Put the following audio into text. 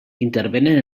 intervenen